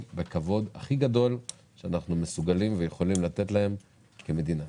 בכבוד הכי גדול שאנחנו יכולים לתת להם כמדינה.